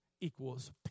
equals